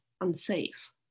unsafe